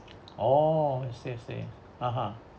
oh I see I see (uh huh)